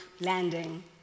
landing